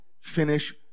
finish